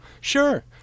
Sure